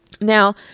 now